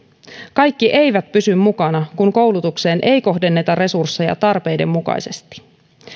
kaikki eivät pysy mukana kun koulutukseen ei kohdenneta resursseja tarpeiden mukaisesti